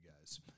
guys